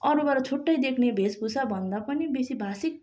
अरूबाट छुट्टै देख्ने भेषभूषा भन्दा पनि बेसी भाषिक